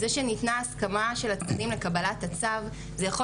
זה שניתנה הסכמה של הצדדים לקבלת הצו זה יכול